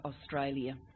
Australia